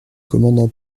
commandant